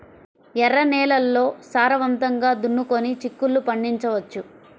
ఎర్ర నేలల్లో సారవంతంగా దున్నుకొని చిక్కుళ్ళు పండించవచ్చు